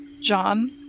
John